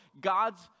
God's